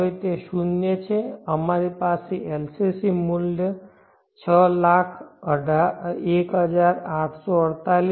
હવે તે સમયે શૂન્ય છે અમારી પાસે LCC મૂલ્ય 601848 0